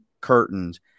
curtains